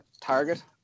target